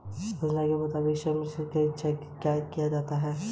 योजना के मुताबिक हर श्रमिक को श्रम चेक दिया जाना हैं